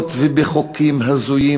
באמתלות ובחוקים הזויים